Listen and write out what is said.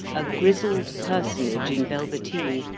a grizzled personage in velveteen,